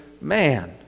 man